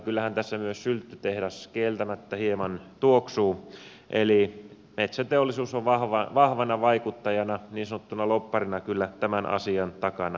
kyllähän tässä myös sylttytehdas kieltämättä hieman tuoksuu eli metsäteollisuus on vahvana vaikuttajana niin sanottuna lobbarina kyllä tämän asian takana ollut